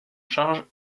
charge